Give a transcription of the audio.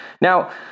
Now